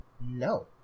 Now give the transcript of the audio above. No